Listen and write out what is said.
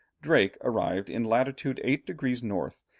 drake arrived in latitude eight degrees north,